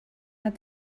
hat